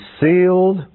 sealed